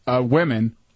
women